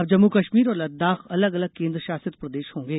अब जम्मू कश्मीर और लद्दाख अलग अलग केंद्र शासित प्रदेश होंगे